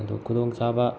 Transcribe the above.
ꯑꯗꯨ ꯈꯨꯗꯣꯡ ꯆꯥꯕ